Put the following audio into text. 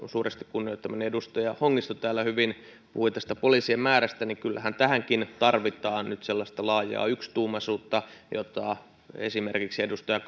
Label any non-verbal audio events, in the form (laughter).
suuresti kunnioittamani edustaja hongisto täällä hyvin puhui poliisien määrästä kyllähän tähänkin tarvitaan nyt sellaista laajaa yksituumaisuutta jota esimerkiksi edustaja (unintelligible)